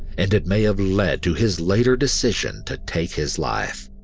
and it may have led to his later decision to take his life.